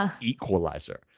equalizer